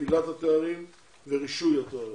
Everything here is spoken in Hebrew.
שקילת התארים ורישוי התארים.